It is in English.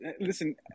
listen